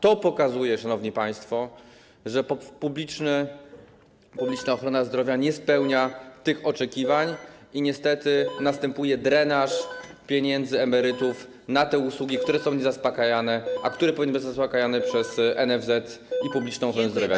To pokazuje, szanowni państwo, że publiczna ochrona zdrowia nie spełnia tych oczekiwań i niestety następuje drenaż pieniędzy emerytów na te usługi, które są niezaspokajane, a które powinny być zaspokajane przez NFZ i publiczną ochronę zdrowia.